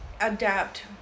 adapt